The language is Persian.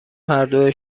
هردو